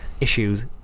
issues